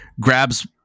grabs